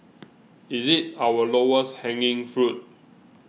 is it our lowest hanging fruit